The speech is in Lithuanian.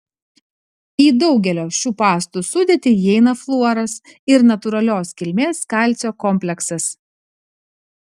į daugelio šių pastų sudėtį įeina fluoras ir natūralios kilmės kalcio kompleksas